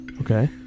Okay